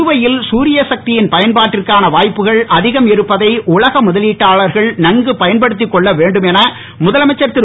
புதுவையில் தூரிய சத்தியின் பயன்பாட்டிற்கான வாய்ப்புகள் அதிகம் இருப்பதை உலக முதலீட்டாளர்கள் நன்கு பயன்படுத்திக் கொள்ள வேண்டும் என முதலமைச்சர் திரு